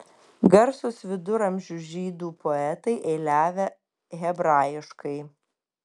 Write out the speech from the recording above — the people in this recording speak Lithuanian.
garsūs viduramžių žydų poetai eiliavę hebrajiškai